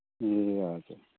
ए हजुर